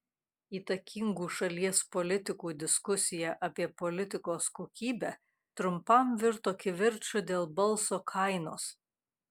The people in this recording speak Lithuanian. įtakingų šalies politikų diskusija apie politikos kokybę trumpam virto kivirču dėl balso kainos